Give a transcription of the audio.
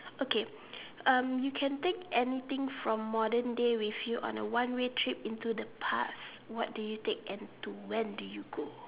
okay um you can take anything from modern day with you on a one way trip into the past what do you take and to when do you go